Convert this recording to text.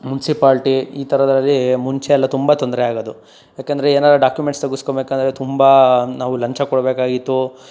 municipality ಈ ಥರದ್ರಲ್ಲಿ ಮುಂಚೆಯೆಲ್ಲ ತುಂಬ ತೊಂದರೆ ಆಗೋದು ಏಕೆಂದ್ರೆ ಏನಾದರೂ ಡಾಕ್ಯುಮೆಂಟ್ಸ್ ತೆಗಿಸ್ಕೋಳ್ಬೇಕಾದ್ರೆ ತುಂಬ ನಾವು ಲಂಚ ಕೊಡಬೇಕಾಗಿತ್ತು